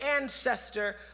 ancestor